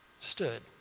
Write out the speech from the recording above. Stood